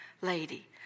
lady